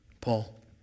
Paul